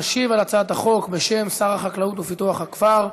תשיב על הצעת החוק, בשם שר החקלאות ופיתוח הכפר,